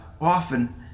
often